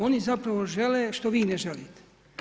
Oni zapravo žele što vi ne želite.